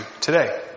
today